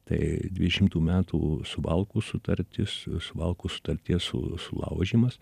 tai dvidešimtų metų suvalkų sutartis suvalkų sutarties su sulaužymas